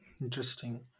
Interesting